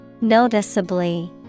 Noticeably